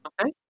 Okay